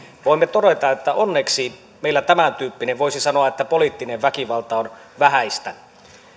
voimme todeta että onneksi meillä tämän tyyppinen voisi sanoa poliittinen väkivalta on vähäistä